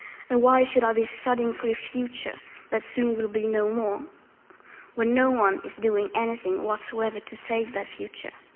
and why should i be studying for a future that soon will be no more when no one is doing anything whatsoever to save that future?